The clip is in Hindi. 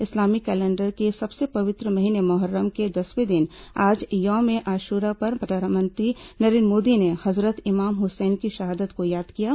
इस्लामी कैलेंडर के सबसे पवित्र महीने मोहर्रम के दसवें दिन आज यौम ए अशूरा पर प्रधानमंत्री नरेन्द्र मोदी ने हजरत इमाम हुसैन की शहादत को याद किया है